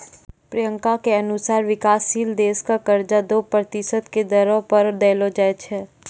प्रियंका के अनुसार विकाशशील देश क कर्जा दो प्रतिशत के दरो पर देलो जाय छै